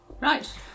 Right